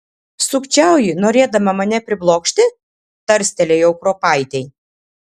sukčiauji norėdama mane priblokšti tarstelėjau kruopaitei